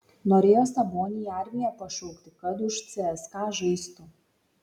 norėjo sabonį į armiją pašaukti kad už cska žaistų